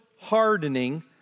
Hardening